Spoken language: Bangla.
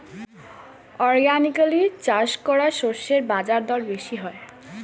অর্গানিকালি চাষ করা শস্যের বাজারদর বেশি হয়